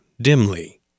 dimly